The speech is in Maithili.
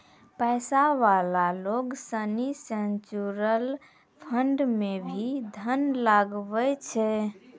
पैसा वाला लोग सनी म्यूचुअल फंड मे भी धन लगवै छै